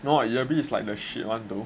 no [what] yabby is like the shit [one] though